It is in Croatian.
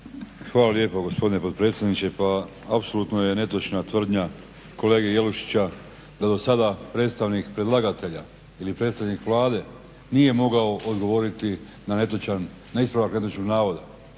Hvala lijepo, gospodine potpredsjedniče. Pa apsolutno je netočna tvrdnja kolege Jelušića da do sada predstavnik predlagatelja ili predstavnik Vlade nije mogao odgovoriti na ispravak netočnog navoda.